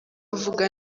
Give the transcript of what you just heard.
avuga